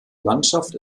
landschaft